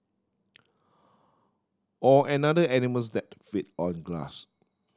or another animals that feed on grass